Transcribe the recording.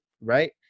Right